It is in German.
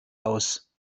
aus